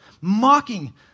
mocking